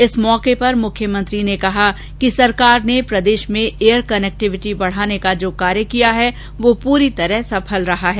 इस मौके पर श्रीमती राजे ने कहा कि सरकार ने प्रदेष में एयर कनेक्टिविटी बढाने का जो कार्य किया है वह पूरी तरह सफल रहा है